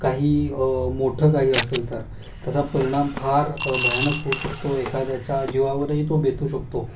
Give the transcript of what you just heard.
काही मोठं काही असेल तर त्याचा परिणाम फार भयानक होऊ शकतो एखाद्याच्या जीवावरही तो बेतू शकतो